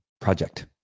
project